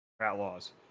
Outlaws